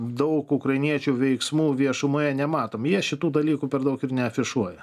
daug ukrainiečių veiksmų viešumoje nematom jie šitų dalykų per daug ir neafišuoja